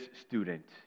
student